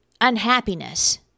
unhappiness